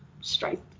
strength